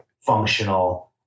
functional